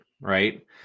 right